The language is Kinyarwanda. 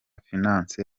finance